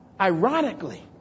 ironically